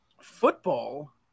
Football